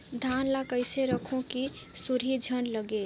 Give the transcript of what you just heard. धान ल कइसे रखव कि सुरही झन लगे?